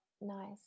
nice